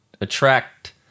attract